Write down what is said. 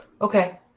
Okay